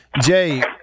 Jay